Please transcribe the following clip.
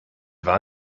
war